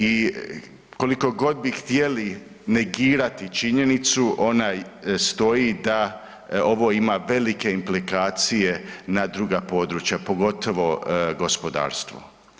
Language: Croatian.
I koliko god bi htjeli negirati činjenicu ona stoji da ovo ima velike implikacije na druga područja, pogotovo gospodarstvo.